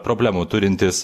problemų turintys